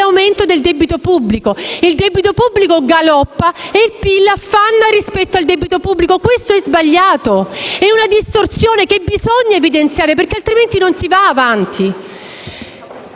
l'aumento del debito pubblico: il debito pubblico galoppa e il PIL affanna rispetto al debito pubblico. Questo è sbagliato, è una distorsione che bisogna evidenziare, perché altrimenti non si va avanti.